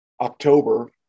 October